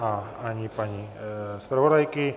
A ani paní zpravodajky.